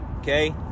okay